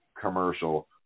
commercial